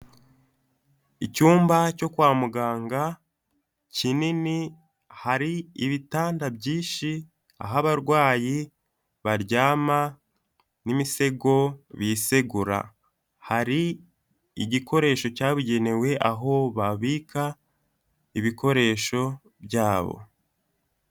Icyumba cyo kwa muganga kinini, hari ibitanda byinshi aho abarwayi baryama n'imisego bisegura, hari igikoresho cyabugenewe aho babika ibikoresho byabo.